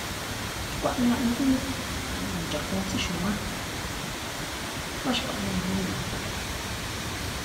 Xkuaꞌnii jaꞌnii dí no̱dxa̱kuun tsí xu̱wán. Mbá xkuaꞌnii ñajuun rí na̱tha̱nlo̱ꞌ.